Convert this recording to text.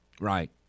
Right